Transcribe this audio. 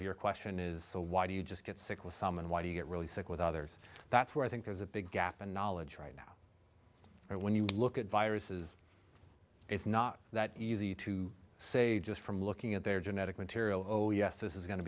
of your question is why do you just get sick with someone why do you get really sick with others that's why i think there's a big gap and knowledge right now or when you look at viruses it's not that easy to say just from looking at their genetic material oh yes this is going to